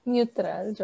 Neutral